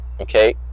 Okay